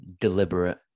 deliberate